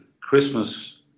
Christmas